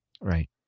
right